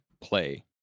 play